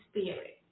spirit